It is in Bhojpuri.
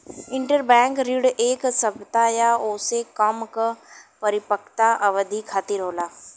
इंटरबैंक ऋण एक सप्ताह या ओसे कम क परिपक्वता अवधि खातिर होला